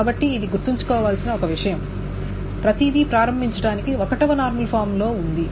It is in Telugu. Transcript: కాబట్టి ఇది గుర్తుంచుకోవలసిన ఒక విషయం ప్రతిదీ ప్రారంభించడానికి 1 వ నార్మల్ ఫామ్లో ఉంది